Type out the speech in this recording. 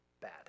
bad